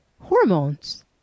hormones